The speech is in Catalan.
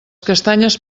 castanyes